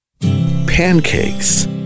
Pancakes